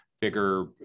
bigger